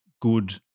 good